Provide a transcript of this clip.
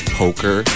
poker